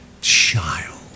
child